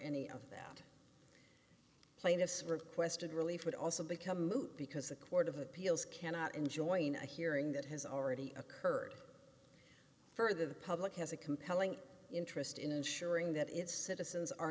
any of that plaintiff's requested relief would also become moot because the court of appeals cannot enjoying a hearing that has already occurred further the public has a compelling interest in ensuring that its citizens are